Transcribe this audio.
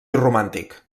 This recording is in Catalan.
romàntic